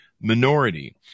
Minority